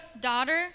daughter